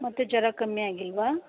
ಮತ್ತು ಜ್ವರ ಕಮ್ಮಿ ಆಗಿಲ್ಲವಾ